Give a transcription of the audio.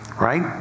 Right